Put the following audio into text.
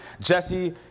Jesse